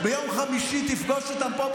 ביום חמישי תפגוש אותם פה,